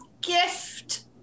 gift